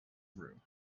through